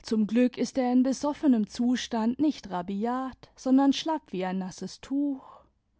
zum glück ist er in besoffenem zustand nicht rabiat sondern schlapp wie ein nasses tuch